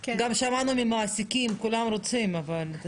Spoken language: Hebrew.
גם שמענו מהמעסיקים, כולם רוצים, אבל.